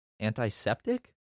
antiseptic